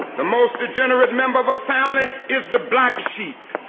the most degenerate member of a family is the black sheep.